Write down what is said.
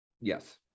Yes